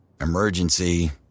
Emergency